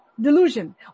Delusion